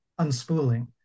unspooling